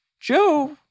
Joe